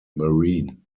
marine